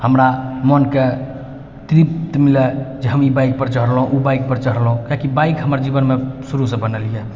हमरा मोनके तृप्त मिलै जे हम ई बाइकपर चढ़लहुँ ओ बाइकपर चढ़लहुँ कियाकि बाइक हमर जीवनमे शुरूसँ बनल अइ